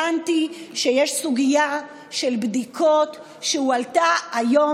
הבנתי שיש סוגיה של בדיקות שהועלתה היום